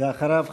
ואחריו,